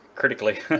critically